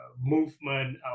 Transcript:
movement